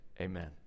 amen